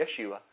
Yeshua